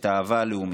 את האהבה הלאומית".